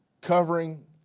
covering